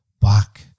back